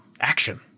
action